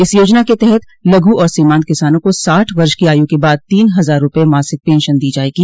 इस योजना के तहत लघु और सीमांत किसानों को साठ वर्ष की आयु के बाद तीन हजार रुपये मासिक पेंशन दी जाएगी